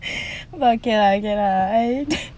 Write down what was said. but okay lah okay lah I